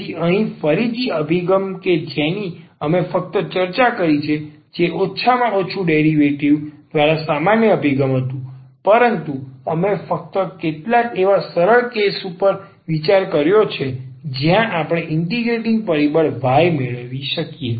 તેથી અહીં ફરીથી તે અભિગમ કે જેની અમે ચર્ચા કરી છે જે ઓછામાં ઓછું ડેરિવેટિવ દ્વારા સામાન્ય અભિગમ હતું પરંતુ અમે ફક્ત કેટલાક એવા સરળ કેસો પર વિચાર કર્યો છે જ્યાં આપણે આ ઇન્ટિગ્રેટિંગ પરિબળ y મેળવી શકીએ